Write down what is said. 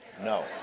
No